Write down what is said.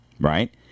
right